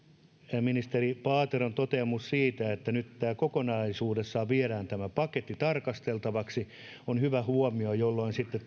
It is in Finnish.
ministeri paateron toteamus siitä että nyt tämä paketti kokonaisuudessaan viedään tarkasteltavaksi on hyvä huomio jolloin sitten